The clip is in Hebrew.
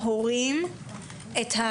בתוך 14 ימים.